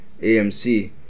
AMC